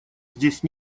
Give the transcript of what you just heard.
здесь